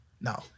no